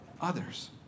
others